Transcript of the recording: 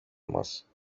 μας